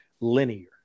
linear